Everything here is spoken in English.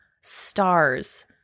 stars